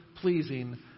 pleasing